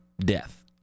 death